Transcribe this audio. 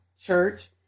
church